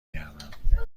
گردم